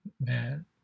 Man